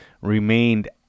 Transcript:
remained